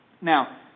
Now